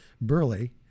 Burley